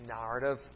narrative